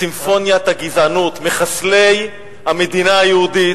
סימפוניית הגזענות, מחסלי המדינה היהודית,